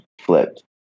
flipped